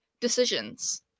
decisions